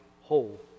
whole